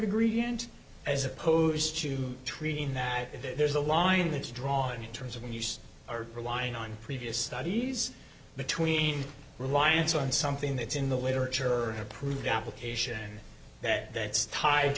ingredient as opposed to treating that there's a line that you draw in terms of when you are relying on previous studies between reliance on something that's in the waiter or approved application that that's ti